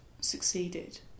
succeeded